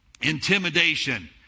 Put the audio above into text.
intimidation